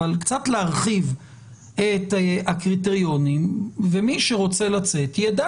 אבל קצת להרחיב את הקריטריונים ומי שרוצה לצאת יידע